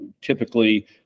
Typically